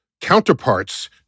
counterparts